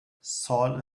sal